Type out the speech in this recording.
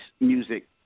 music